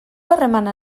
harremana